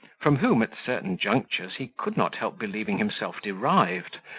from whom, at certain junctures, he could not help believing himself derived,